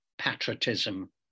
patriotism